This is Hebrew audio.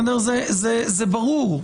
זה ברור,